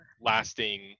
lasting